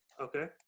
Okay